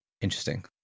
Interesting